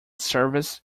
service